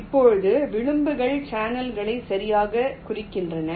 இப்போது விளிம்புகள் சேனல்களை சரியாகக் குறிக்கின்றன